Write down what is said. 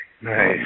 Nice